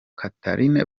catherine